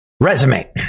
resume